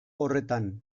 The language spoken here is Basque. horretan